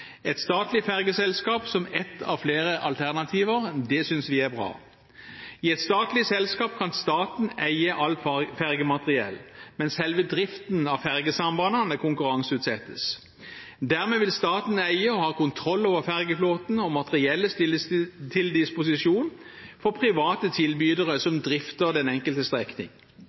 Et statlig fergeselskap som ett av flere alternativer synes vi er bra. I et statlig selskap kan staten eie alt fergemateriell, men selve driften av fergesambandene konkurranseutsettes. Dermed vil staten eie og ha kontroll over fergeflåten, og materiellet stilles til disposisjon for private tilbydere som drifter den enkelte strekning.